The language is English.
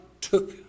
took